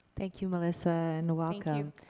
thank you melissa, and welcome.